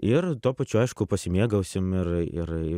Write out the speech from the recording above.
ir tuo pačiu aišku pasimėgausim ir ir